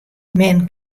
men